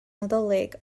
nadolig